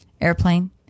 airplane